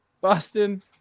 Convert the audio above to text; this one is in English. Boston